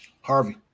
Harvey